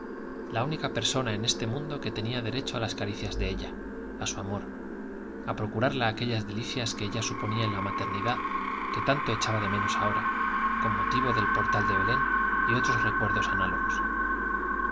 la única persona de este mundo que tenía derecho a las caricias de ella a su amor a procurarla aquellas delicias que ella suponía en la maternidad que tanto echaba de menos ahora con motivo del portal de belén y otros recuerdos análogos